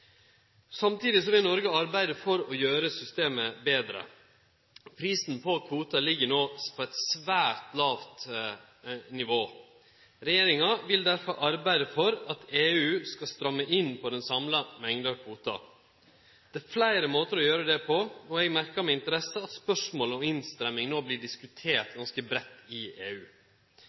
Samtidig vil Noreg arbeide for å gjere systemet betre. Prisen på kvotar ligg no på eit svært lågt nivå. Regjeringa vil derfor arbeide for at EU skal stramme inn på den samla mengda kvotar. Det er fleire måtar å gjere dette på. Eg merkar meg med interesse at spørsmålet om innstramming no vert diskutert ganske breitt i EU.